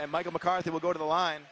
and michael mccarthy will go to the line